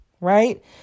right